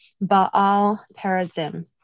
Baal-perazim